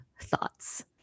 Thoughts